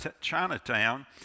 Chinatown